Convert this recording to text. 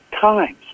times